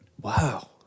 Wow